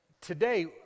today